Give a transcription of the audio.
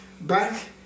back